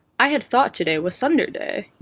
i had thought today was sunderday?